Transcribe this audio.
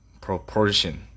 proportion